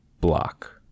block